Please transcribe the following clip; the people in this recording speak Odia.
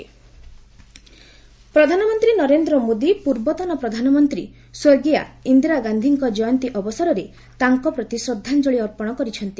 ପିଏମ୍ ଟ୍ରିବ୍ୟୁଟ୍ସ୍ ପ୍ରଧାନମନ୍ତ୍ରୀ ନରେନ୍ଦ୍ର ମୋଦି ପୂର୍ବତନ ପ୍ରଧାନମନ୍ତ୍ରୀ ସ୍ୱର୍ଗୀୟା ଇନ୍ଦିରା ଗାନ୍ଧିଙ୍କ ଜୟନ୍ତୀ ଅବସରରେ ତାଙ୍କ ପ୍ରତି ଶ୍ରଦ୍ଧାଞ୍ଚଳି ଅର୍ପଣ କରିଛନ୍ତି